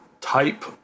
type